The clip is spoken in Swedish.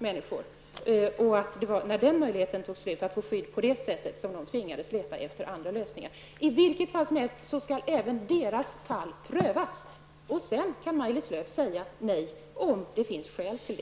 När möjligheten att få skydd på det sättet upphörde tvingades de söka andra lösningar. I vilket fall som helst skall även deras ansökningar prövas. Sedan kan Maj-Lis Lööw säga nej, om det finns skäl till det.